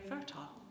fertile